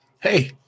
Hey